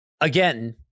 Again